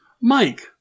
Mike